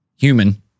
human